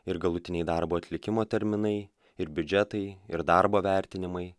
ir galutiniai darbo atlikimo terminai ir biudžetai ir darbo vertinimai